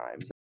time